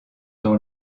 dans